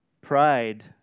Pride